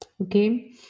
okay